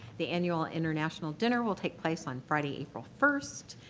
the annual international dinner will take place on friday, april first.